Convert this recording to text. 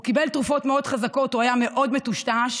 הוא קיבל תרופות מאוד חזקות, הוא היה מאוד מטושטש,